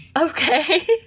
Okay